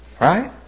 Right